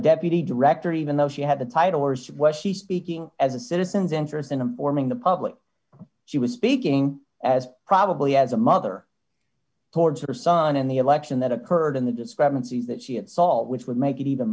deputy director even though she had the title or she was she speaking as a citizens interest in the morning the public she was speaking as probably as a mother towards her son in the election that occurred in the discrepancies that she had saw which would make it even